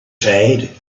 side